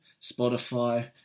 Spotify